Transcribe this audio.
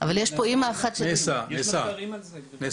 --- נעשה מחקר כזה.